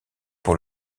pour